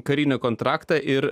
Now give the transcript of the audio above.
karinį kontraktą ir